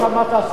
לא שמעת,